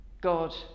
God